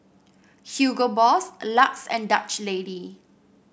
Hugo Boss Lux and Dutch Lady